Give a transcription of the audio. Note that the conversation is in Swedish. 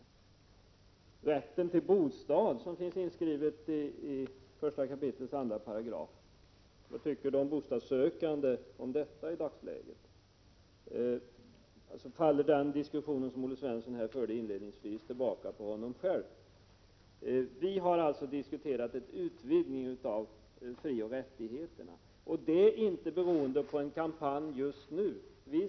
Vad tycker de bostadssökande i dagsläget om bestämmelserna om rätten till bostad, som finns inskrivna i 1 kap. 2 §? Det resonemang som Olle Svensson förde inledningsvis faller tillbaka på honom själv. Vi har alltså diskuterat en utvidgning när det gäller frioch rättigheterna, och det beror inte på någon kampanj just nu.